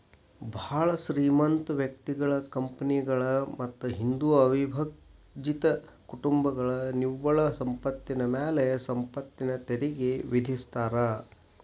ಭಾಳ್ ಶ್ರೇಮಂತ ವ್ಯಕ್ತಿಗಳ ಕಂಪನಿಗಳ ಮತ್ತ ಹಿಂದೂ ಅವಿಭಜಿತ ಕುಟುಂಬಗಳ ನಿವ್ವಳ ಸಂಪತ್ತಿನ ಮ್ಯಾಲೆ ಸಂಪತ್ತಿನ ತೆರಿಗಿ ವಿಧಿಸ್ತಾರಾ